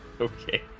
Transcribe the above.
okay